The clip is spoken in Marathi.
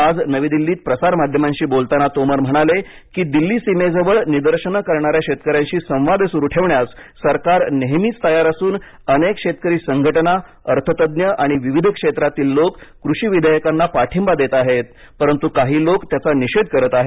आज नवी दिल्लीत प्रसारमाध्यमांशी बोलताना तोमर म्हणाले की दिल्ली सीमेजवळ निदर्शने करणाऱ्या शेतकऱ्यांशी संवाद सुरू ठेवण्यास सरकार नेहमीच तयार असून अनेक शेतकरी संघटना अर्थतज्ज्ञ आणि विविध क्षेत्रातील लोक कृषी विधेयकांना पाठिंबा देत आहेत परंतु काही लोक त्याचा निषेध करीत आहेत